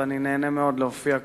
ואני נהנה מאוד להופיע כאן.